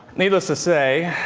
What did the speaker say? needless to say,